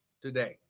today